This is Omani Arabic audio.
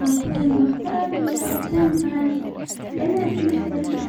اكون بختار اني اكون فراشة لانها تمثل